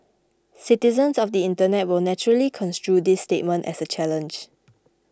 citizens of the Internet will naturally construe this statement as a challenge